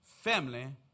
family